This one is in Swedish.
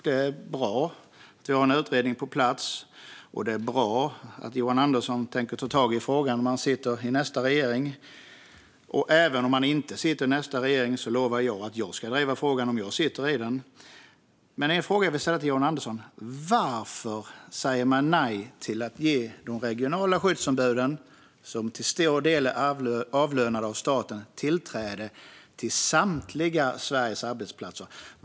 Det är bra att vi har en utredning på plats, och det är bra att Johan Andersson tänker ta tag i frågan om han sitter i nästa regering. Och även om han inte sitter i nästa regering lovar jag att jag ska driva frågan om jag sitter i den. En fråga jag vill ställa till Johan Andersson är: Varför säger man nej till att ge de regionala skyddsombuden, som till stor del är avlönade av staten, tillträde till samtliga Sveriges arbetsplatser?